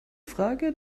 frage